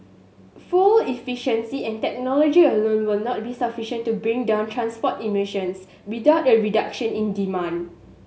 fuel efficiency and technology alone will not be sufficient to bring down transport emissions without a reduction in demand